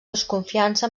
desconfiança